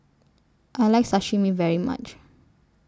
I like Sashimi very much